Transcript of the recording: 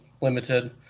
limited